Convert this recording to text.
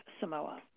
samoa